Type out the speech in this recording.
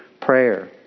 prayer